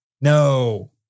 No